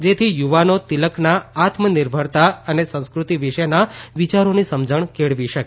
જેથી યુવાનો તિલકના આત્મનિર્ભરતા અને સંસ્કૃતિ વિશેના વિયારોની સમજણ કેળવી શકે